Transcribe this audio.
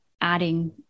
adding